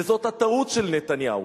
וזאת הטעות של נתניהו.